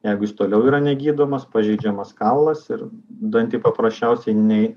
jeigu jis toliau yra negydomas pažeidžiamas kaulas ir dantį paprasčiausiai nei